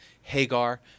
Hagar